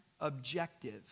objective